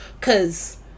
Cause